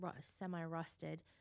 semi-rusted